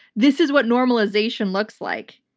this is what normalization looks like.